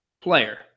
player